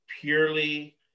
purely